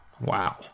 Wow